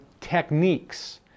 techniques